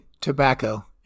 tobacco